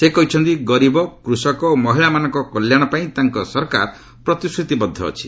ସେ କହିଛନ୍ତି ଗରିବ କୃଷକ ଓ ମହିଳାମାନଙ୍କ କଲ୍ୟାଣ ପାଇଁ ତାଙ୍କ ସରକାର ପ୍ରତିଶ୍ରତିବଦ୍ଧ ଅଛି